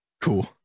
Cool